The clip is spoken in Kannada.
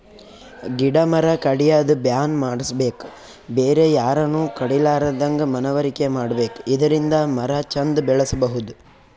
ಗಿಡ ಮರ ಕಡ್ಯದ್ ಬ್ಯಾನ್ ಮಾಡ್ಸಬೇಕ್ ಬೇರೆ ಯಾರನು ಕಡಿಲಾರದಂಗ್ ಮನವರಿಕೆ ಮಾಡ್ಬೇಕ್ ಇದರಿಂದ ಮರ ಚಂದ್ ಬೆಳಸಬಹುದ್